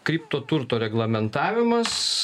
kripto turto reglamentavimas